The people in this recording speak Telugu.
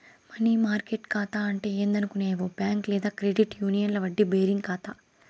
మనీ మార్కెట్ కాతా అంటే ఏందనుకునేవు బ్యాంక్ లేదా క్రెడిట్ యూనియన్ల వడ్డీ బేరింగ్ కాతా